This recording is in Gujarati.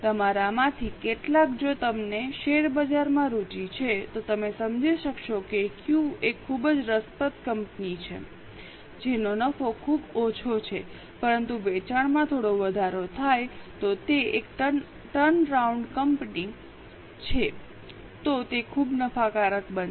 તમારામાંથી કેટલાક જો તમને શેરબજારમાં રુચિ છે તો તમે સમજી શકશો કે ક્યૂ એ ખૂબ જ રસપ્રદ કંપની છે જેનો નફો ખૂબ ઓછો છે પરંતુ વેચાણમાં થોડો વધારો થાય તો તે એક ટર્ન રાઉન્ડ કંપની છે તો તે ખૂબ નફાકારક બનશે